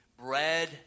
bread